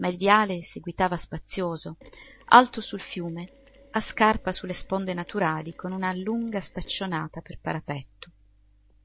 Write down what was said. ma il viale seguitava spazioso alto sul fiume a scarpa su le sponde naturali con una lunga staccionata per parapetto